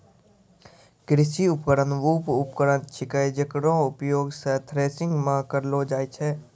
कृषि उपकरण वू उपकरण छिकै जेकरो उपयोग सें थ्रेसरिंग म करलो जाय छै